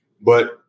But-